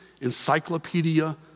Encyclopedia